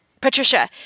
Patricia